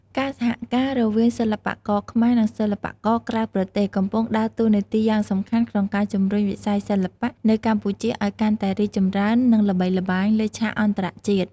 ការសហការរវាងសិល្បករខ្មែរ និងសិល្បករក្រៅប្រទេស កំពុងដើរតួនាទីយ៉ាងសំខាន់ក្នុងការជំរុញវិស័យសិល្បៈនៅកម្ពុជាឱ្យកាន់តែរីកចម្រើន និងល្បីល្បាញលើឆាកអន្តរជាតិ។